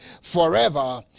forever